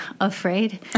afraid